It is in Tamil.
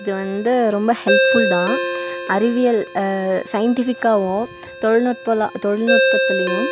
இது வந்து ரொம்ப ஹெல்ப்ஃபுல் தான் அறிவியல் சயின்டிஃபிக்காகவும் தொழில்நுட்பமெல்லாம் தொழில்நுட்பத்துலேயும்